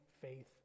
faith